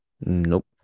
Nope